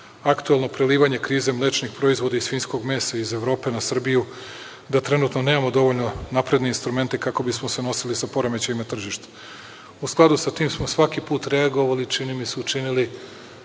Aktuelno prelivanje krize mlečnih proizvoda i svinjskog mesa iz Evrope na Srbiju, da trenutno nemamo dovoljno napredne instrumente kako bismo se nosili sa poremećajem na tržištu. U skladu sa tim smo svaki put reagovali i učinili